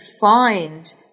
find